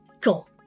Cool